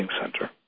center